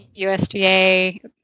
USDA